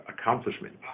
accomplishment